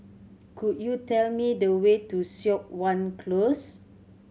could you tell me the way to Siok Wan Close